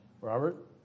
Robert